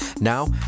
Now